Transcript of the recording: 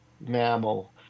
mammal